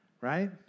Right